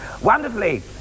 wonderfully